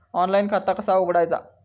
Online खाता कसा उघडायचा?